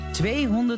200